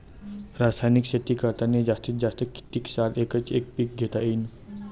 रासायनिक शेती करतांनी जास्तीत जास्त कितीक साल एकच एक पीक घेता येईन?